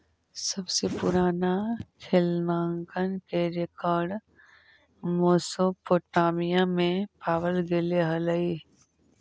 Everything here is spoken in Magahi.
सबसे पूरान लेखांकन के रेकॉर्ड मेसोपोटामिया में पावल गेले हलइ